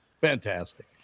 Fantastic